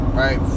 right